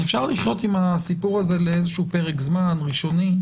אפשר לחיות עם הסיפור הזה לאיזשהו פרק זמן ראשוני.